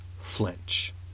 flinch